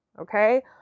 Okay